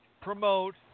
promote